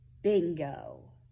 bingo